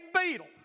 beetle